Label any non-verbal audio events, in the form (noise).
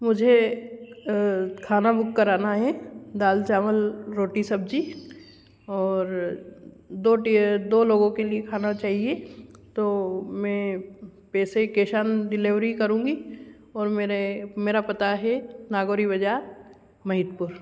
मुझे खाना बुक कराना है दाल चावल रोटी सब्ज़ी और दो (unintelligible) दो लोगों के लिए खाना चाहिए तो मैं पैसे कैश ऑन डिलिवरी करूँगी और मेरे मेरा पता है नागोरी बाज़ार महितपुर